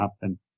happen